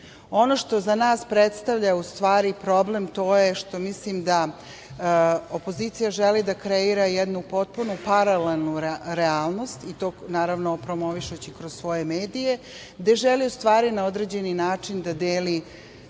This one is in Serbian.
što za nas predstavlja problem, to je što mislim da opozicija želi da kreira jednu potpuno paralelnu realnost i to, naravno, promovišući kroz svoje medije, gde želi na određeni način da deli